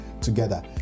together